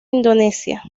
indonesia